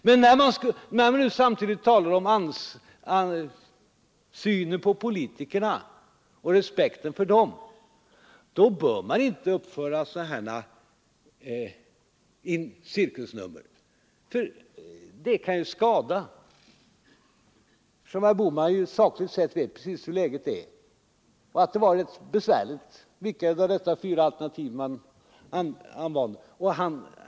Men när man nu samtidigt talar om synen på politikerna och respekten för dem, då bör man inte uppföra sådana här cirkusnummer. Det kan ju skada. Herr Bohman vet ju sakligt sett precis hur läget är och att det var rätt besvärligt vilket av dessa fyra alternativ man än valde.